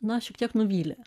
na šiek tiek nuvylė